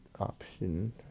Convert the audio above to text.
option